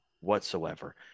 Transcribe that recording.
whatsoever